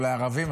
לא לערבים,